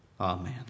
Amen